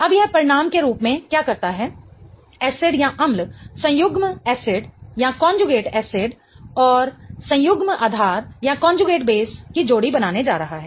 अब यह परिणाम के रूप में क्या करता है एसिड अम्ल संयुग्म एसिड और संयुग्म आधार की जोड़ी बनाने जा रहा है